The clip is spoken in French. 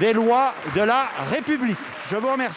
des lois de la République. La parole